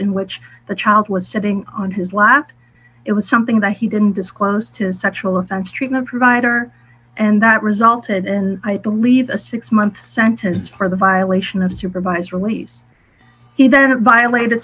in which the child was sitting on his lap it was something that he didn't disclose to sexual offense treatment provider and that resulted in i believe a six month sentence for the violation of supervised release he then violated